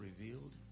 revealed